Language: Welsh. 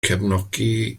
cefnogi